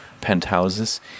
penthouses